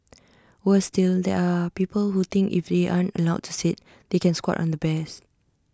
worse still there are people who think if they aren't allowed to sit they can squat on the bears